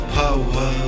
power